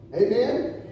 Amen